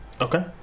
Okay